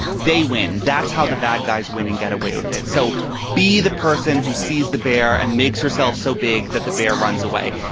they win. that's how the bad guys win and get away with it. so be the person who sees the bear and makes herself so big that the bear runs away.